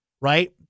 right